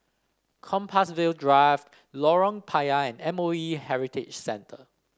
Compassvale Drive Lorong Payah and M O E Heritage Centre